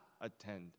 attend